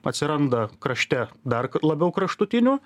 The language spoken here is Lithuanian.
atsiranda krašte dar labiau kraštutinių